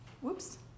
whoops